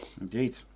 Indeed